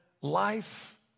life